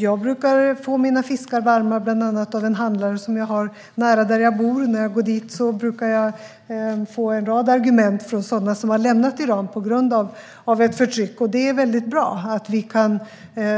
Jag brukar få mina fiskar varma av bland annat en handlare nära där jag bor. När jag går dit brukar jag få en rad argument från dem som har lämnat Iran på grund av förtryck. Det är bra att vi kan